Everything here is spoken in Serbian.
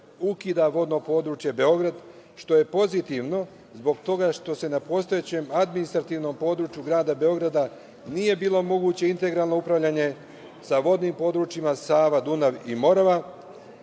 ukida vodno područje Beograd, što je pozitivno, zbog toga što na postojećem administrativnom području grada Beograda nije bilo moguće integralno upravljanje sa vodnim područjima Sava, Dunav i Morava